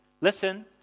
listen